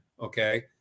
Okay